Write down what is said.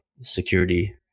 security